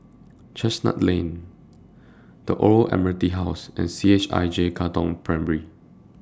Chestnut Lane The Old Admiralty House and CHIJ Katong Primary